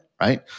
right